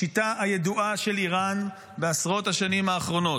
השיטה הידועה של איראן בעשרות השנים האחרונות.